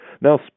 Now